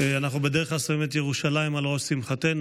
אנחנו בדרך כלל שמים את ירושלים על ראש שמחתנו.